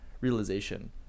realization